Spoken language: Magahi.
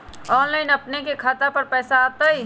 ऑनलाइन से अपने के खाता पर पैसा आ तई?